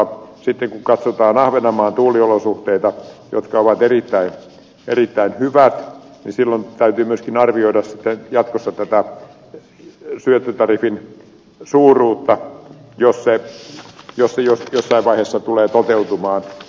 sitten kun katsotaan ahvenanmaan tuuliolosuhteita jotka ovat erittäin hyvät niin silloin täytyy myöskin arvioida jatkossa syöttötariffin suuruutta jos se jossain vaiheessa tulee toteutumaan